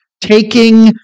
taking